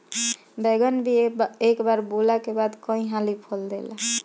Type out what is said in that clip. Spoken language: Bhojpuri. बैगन भी एक बार बोअला के बाद कई हाली फल देला